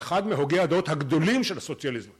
אחד מהוגי הדעות הגדולים של הסוציאליזם